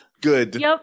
Good